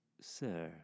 Sir